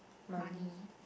money